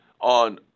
on